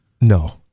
No